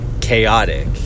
Chaotic